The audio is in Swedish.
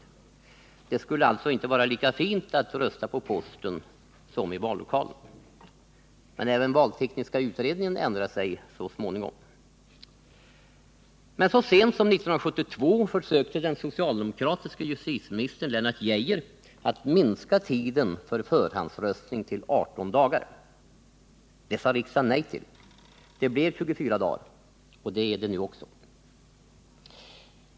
Det skulle alltså inte vara lika fint att rösta på posten som i vallokalen. Men även valtekniska utredningen ändrade sig så småningom. Så sent som 1972 försökte den socialdemokratiske justitieministern Lennart Geijer minska tiden för förhandsröstning till 18 dagar. Det sade riksdagen nej till. Det blev 24 dagar. Det är det nu också.